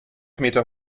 meter